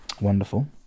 wonderful